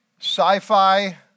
sci-fi